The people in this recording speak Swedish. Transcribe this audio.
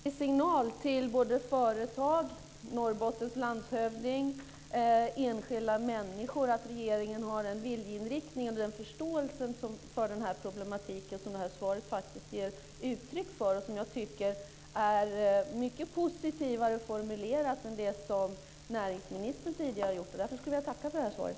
Fru talman! Det är en väldigt viktig signal till både företag, Norrbottens landshövding och enskilda människor att regeringen har en viljeinriktning och den förståelse för den här problematiken som svaret faktiskt ger uttryck för som jag tycker är mycket positivare formulerat än det som näringsministern tidigare givit. Därför skulle jag vilja tacka för svaret.